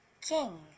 king